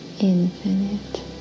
Infinite